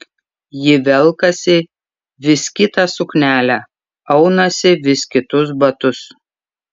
ji velkasi vis kitą suknelę aunasi vis kitus batus